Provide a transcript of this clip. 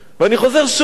ואני חוזר שוב